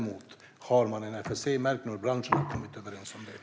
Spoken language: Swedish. Men har man däremot en FSC-märkning har branschen kommit överens om detta.